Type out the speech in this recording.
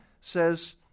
says